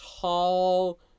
tall